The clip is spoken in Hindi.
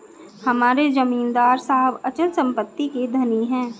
हमारे जमींदार साहब अचल संपत्ति के धनी हैं